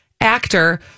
actor